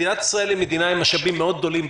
מדינת ישראל היא מדינה עם משאבים מאוד גדולים,